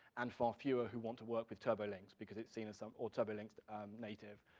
and far fewer who want to work with turbolinks, because it's seen as some, or turbolinks native,